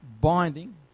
binding